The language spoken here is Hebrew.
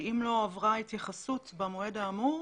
שאם לא עברה התייחסות במועד האמור,